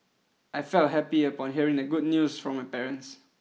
I felt happy upon hearing the good news from my parents